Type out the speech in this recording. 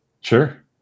sure